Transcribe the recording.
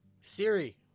Siri